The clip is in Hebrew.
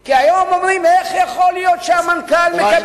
כי היום אומרים: איך יכול להיות שהמנכ"ל מקבל,